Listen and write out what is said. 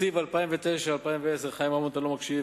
תקציב 2010-2009, חיים רמון, אתה לא מקשיב,